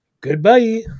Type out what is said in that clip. Goodbye